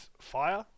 fire